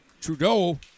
Trudeau